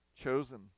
chosen